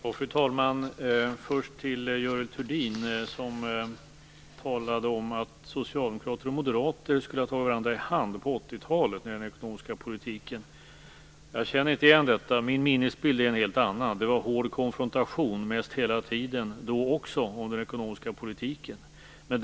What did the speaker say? Fru talman! Först vill jag vända mig till Görel Thurdin som talade om att socialdemokrater och moderater på 80-talet skulle ha tagit varandra i hand när det gäller den ekonomiska politiken. Jag känner inte igen detta. Min minnesbild är en helt annan. Det var hård konfrontation om den ekonomiska politiken mest hela tiden då också.